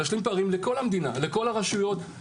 לכל אלה שהציוד משמש כמתקן.